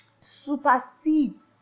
supersedes